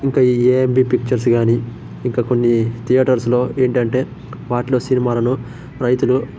ఇంక ఈ ఏఎంబి పిక్చర్స్ గానీ ఇంక కొన్ని థియేటర్స్లో ఏంటంటే వాటిలో సినిమాలను రైతులు